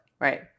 right